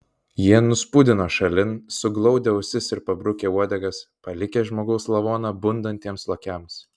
jie nuspūdino šalin suglaudę ausis ir pabrukę uodegas palikę žmogaus lavoną bundantiems lokiams